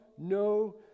No